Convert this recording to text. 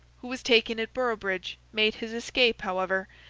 who was taken at boroughbridge, made his escape, however,